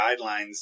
guidelines